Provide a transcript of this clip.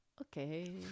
Okay